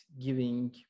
giving